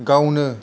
गावनो